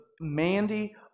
Mandy